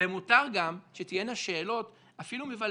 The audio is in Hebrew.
מותר גם שתהיינה שאלות אפילו מבלבלות.